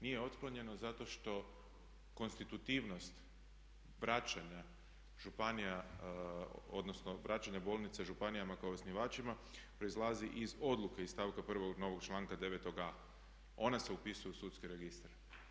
Nije otklonjeno zato što konstitutivnost vraćanja županija odnosno vraćanja bolnice županijama kao osnivačima proizlazi iz odluke iz stavka prvog novog članka 9a. Ona se upisuju u sudske registre.